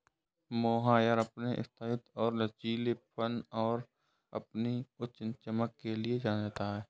mohair अपने स्थायित्व और लचीलेपन और अपनी उच्च चमक के लिए जाना जाता है